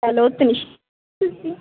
hello ਤੁਸੀਂ